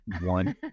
one